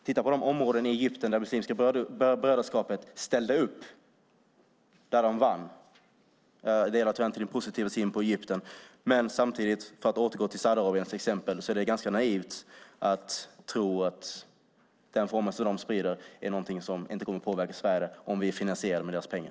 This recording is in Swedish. Titta på de områden i Egypten där Muslimska brödraskapet ställde upp, där de vann. Jag delar tyvärr inte din positiva syn på Egypten, men för att återgå till Saudiarabien till exempel är det ganska naivt att tro att den form av sunna som de sprider inte är något som kommer att påverka Sverige om vi finansierar det med deras pengar.